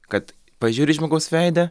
kad pažiūri į žmogaus veidą